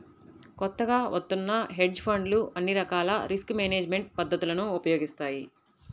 కొత్తగా వత్తున్న హెడ్జ్ ఫండ్లు అన్ని రకాల రిస్క్ మేనేజ్మెంట్ పద్ధతులను ఉపయోగిస్తాయి